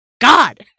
god